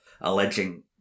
alleging